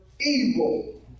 evil